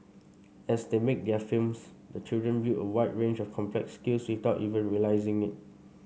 as they make their films the children build a wide range of complex skills without even realising it